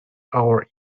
our